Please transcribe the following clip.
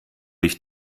ich